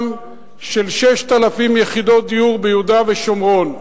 של 6,000 יחידות דיור ביהודה ושומרון?